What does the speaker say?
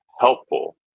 helpful